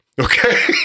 Okay